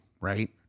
right